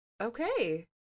Okay